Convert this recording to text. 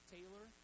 Taylor